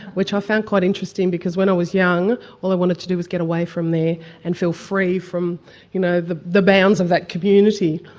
which i found quite interesting because when i was young all i wanted to do was get away from there and feel free from you know the the bounds of that community.